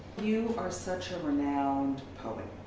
you are such a renowned poet.